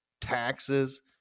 taxes